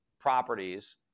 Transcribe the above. properties